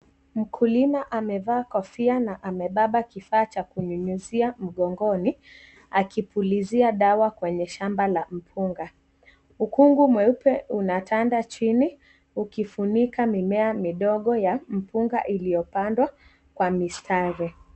Mkulima amevaa kofia na amebeba kifaa cha kunyunyuzia mgongoni, akipulizia dawa kwenye shamba la mpunga. Ukungu mweupe unatanda chini, ukifunika mimea midogo ya mpunga iliyopandwa kwa mistari.